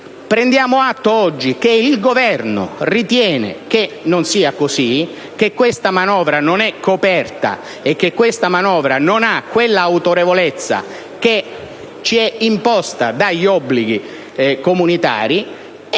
Prendiamo atto oggi che il Governo ritiene non sia così, che questa manovra non sia coperta e non abbia quella autorevolezza che ci è imposta dagli obblighi comunitari.